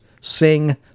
Sing